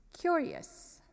curious